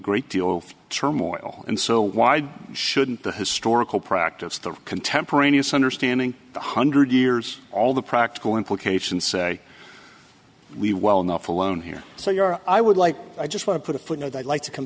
great deal of turmoil and so why shouldn't the historical practice the contemporaneous understanding one hundred years all the practical implications say we well enough alone here so you're i would like i just want to put a footnote i'd like to come